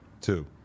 Two